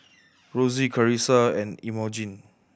Rosey Karissa and Imogene